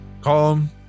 Calm